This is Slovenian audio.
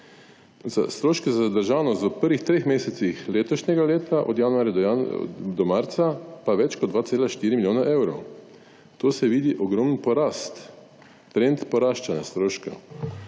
Stroški za /nerazumljivo/v prvih treh mesecih letošnjega leta, od januarja do marca, pa več kot 2,4 milijona evrov. Tu se vidi ogromen porast, trend poraščanja stroškov.